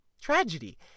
tragedy